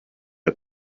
got